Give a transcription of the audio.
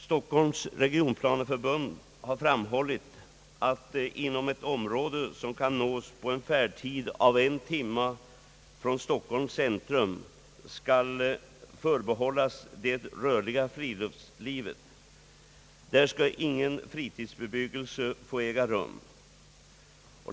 Stockholms = regionplaneförbund har framhållit att ett område, som kan nås på en färdtid av en timme från Stockholms centrum, skall förbehållas det rörliga friluftslivet. Där skall ingen fritidsbebyggelse få äga rum.